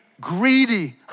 greedy